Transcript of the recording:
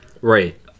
Right